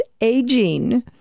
aging